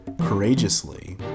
courageously